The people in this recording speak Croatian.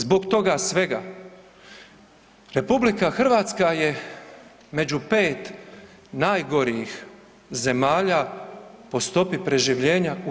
Zbog toga svega RH je među 5 najgorih zemalja po stopi preživljenja u EU.